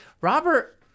Robert